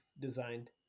designed